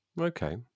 okay